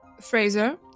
Fraser